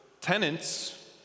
tenants